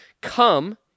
come